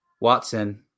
Watson